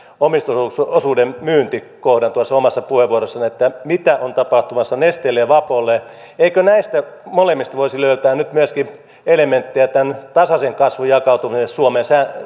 omistusosuuden myynnin tuossa omassa puheenvuorossanne mitä on tapahtumassa nesteelle ja vapolle eikö näistä molemmista voisi löytää nyt elementtejä tämän kasvun tasaiseen jakautumiseen suomeen